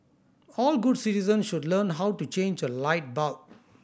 all good citizens should learn how to change a light bulb